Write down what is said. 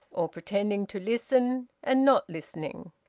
or pretending to listen and not listening,